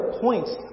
points